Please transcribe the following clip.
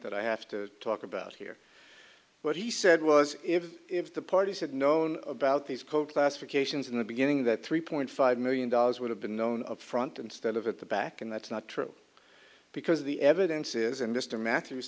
that i have to talk about here what he said was if if the parties had known about these coach classifications in the beginning that three point five million dollars would have been known up front instead of at the back and that's not true because the evidence is in mr ma